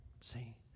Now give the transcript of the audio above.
See